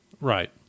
Right